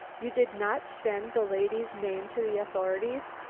you did not send the lady's name to the authorities?